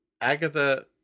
Agatha